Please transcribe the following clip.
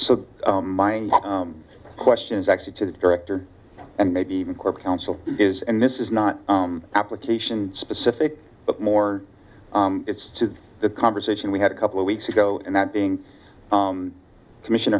mind questions actually to the director and maybe even core counsel is and this is not application specific but more it's to the conversation we had a couple of weeks ago and that being commission